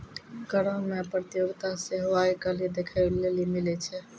करो मे प्रतियोगिता सेहो आइ काल्हि देखै लेली मिलै छै